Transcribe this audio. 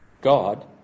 God